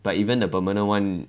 but even the permanent [one]